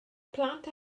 plant